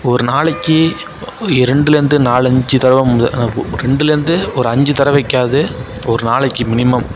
ஒரு நாளைக்கு இரண்டில் இருந்து நாலு அஞ்சு தடவை ரெண்டுலேருந்து ஒரு அஞ்சு தடவைக்காவது ஒரு நாளைக்கு மினிமம்